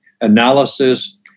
Analysis